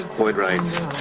ah boyd writes